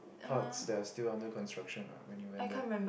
parts that are still under construction [what] when you went there